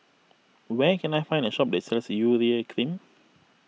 where can I find a shop is sells Urea Cream